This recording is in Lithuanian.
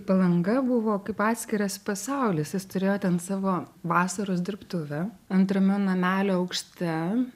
palanga buvo kaip atskiras pasaulis jis turėjo ten savo vasaros dirbtuvę antrame namelio aukšte